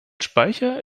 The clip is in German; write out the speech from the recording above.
speicher